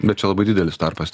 bet čia labai didelis tarpas